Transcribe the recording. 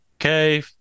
Okay